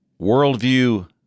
Worldview